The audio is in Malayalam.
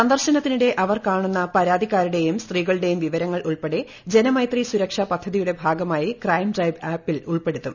സന്ദർശനത്തിനിടെ അവർ കാണുന്ന പരാതിക്കാരുടേയും സ്ത്രീകളുടെയും വിവരങ്ങൾ ഉൾപ്പെടെ ജനമൈത്രി സുരക്ഷ പദ്ധതിയുടെ ഭാഗമായി ക്രൈംഡ്രൈവ് ആപ്പിൽ ഉൾപ്പെടുത്തും